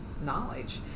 knowledge